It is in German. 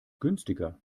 günstiger